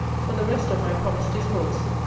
for the rest of my promised discourse,